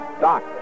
Doc